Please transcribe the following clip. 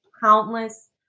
countless